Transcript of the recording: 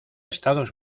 estados